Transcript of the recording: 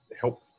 help